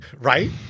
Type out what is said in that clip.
Right